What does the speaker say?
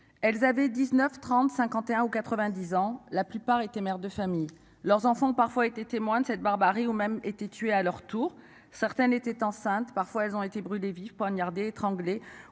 Elles avaient 19 30 51 ou 90 ans la plupart était mère de famille, leurs enfants parfois été témoin de cette barbarie ou même été tués à leur tour. Certaines étaient enceintes. Parfois, elles ont été brûlés vifs poignardée étranglée